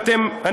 אני